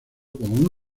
como